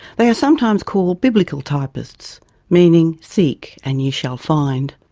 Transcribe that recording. they are sometimes called biblical typists meaning seek and ye shall find.